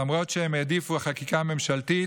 למרות שהם העדיפו חקיקה ממשלתית,